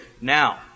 now